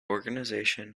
organisation